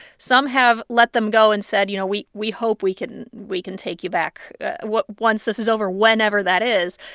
some have let them go and said, you know, we we hope we can we can take you back once this is over, whenever that is.